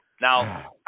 Now